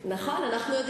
אני מודה.